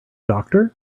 doctor